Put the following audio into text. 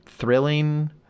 thrilling